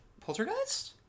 Poltergeist